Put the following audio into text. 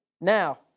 Now